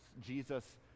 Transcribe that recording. Jesus